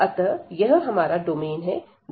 अतः यह हमारा डोमेन है जो यहां दिखाया गया है